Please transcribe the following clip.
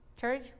church